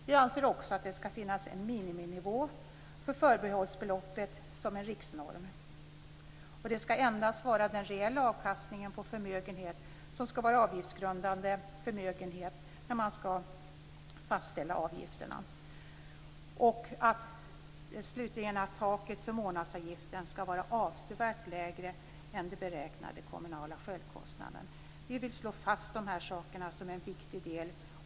Vi anser också att det skall finnas en miniminivå för förbehållsbeloppet som en riksnorm. Det skall endast vara den reella avkastningen på förmögenhet som skall vara avgiftsgrundande förmögenhet när man skall fastställa avgifterna. Slutligen skall taket för månadsavgiften vara avsevärt lägre än den beräknade kommunala självkostnaden. Vi vill slå fast att de här sakerna är viktiga.